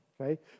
Okay